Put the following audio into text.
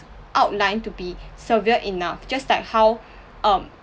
outlined to be severe enough just like how um